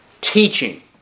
teaching